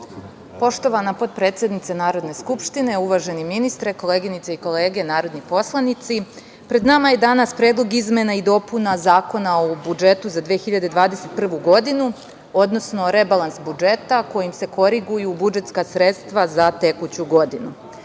Poštovana potpredsednice Narodne skupštine, uvaženi ministre, kolegini i kolege narodni poslanici. Pred nama je danas Predlog izmena i dopuna Zakona o budžetu za 2021. godinu, odnosno rebalans budžeta kojim se koriguju budžetska sredstva za tekuću godinu.